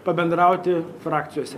pabendrauti frakcijose